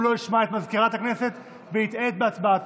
לא ישמע את מזכירת הכנסת ויטעה בהצבעתו,